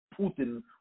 Putin